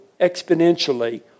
exponentially